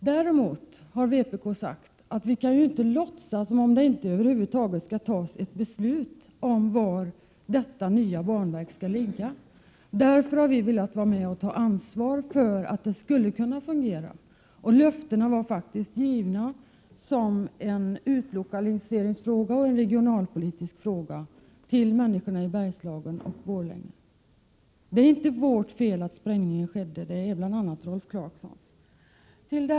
Däremot har vpk sagt att vi inte kan låtsas som om det över huvud taget inte skall tas ett beslut om var detta nya banverk skall ligga. Därför har vi velat vara med och ta ansvar för att det hela skulle kunna fungera. Löftena var faktiskt givna, som en utlokaliseringsfråga och en regionalpolitisk fråga, till människorna i Bergslagen och Borlänge. Det är inte vårt fel att sprängningen skedde utan det är bl.a. Rolf Clarksons.